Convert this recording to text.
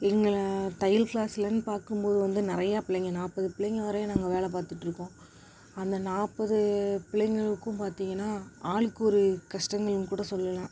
எங்களை தையல் க்ளாஸ்லேருந்து பார்க்கும் போது வந்து நிறையா பிள்ளைங்க நாற்பது பிள்ளைங்க வரையும் நாங்கள் வேலை பார்த்துட்ருக்கோம் அந்த நாற்பது பிள்ளைங்களுக்கும் பார்த்தீங்கனா ஆளுக்கு ஒரு கஷ்டங்கள்னு கூட சொல்லலாம்